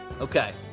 Okay